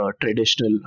traditional